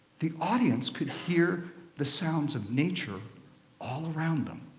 the audience could hear the sounds of nature all around them.